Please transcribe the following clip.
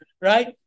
right